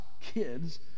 kids